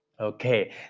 okay